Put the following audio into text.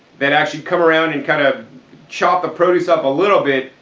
that actually come around and kind of chop the produce up a little bit,